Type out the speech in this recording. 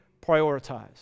prioritize